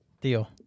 Deal